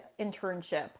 internship